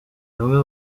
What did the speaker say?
bamwe